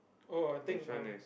oh I think of